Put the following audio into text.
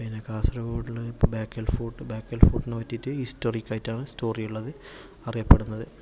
പിന്നെ കാസർഗൊഡില് ബേക്കൽ ഫോർട്ട് ബേക്കൽ ഫോർട്ടിനെപ്പറ്റി ഹിസ്റ്റോറിക്കായിട്ടാണ് സ്റ്റോറി ഉള്ളത് അറിയപ്പെടുന്നത്